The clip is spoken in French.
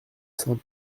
saint